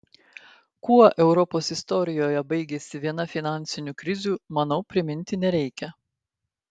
kuo europos istorijoje baigėsi viena finansinių krizių manau priminti nereikia